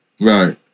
Right